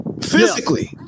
physically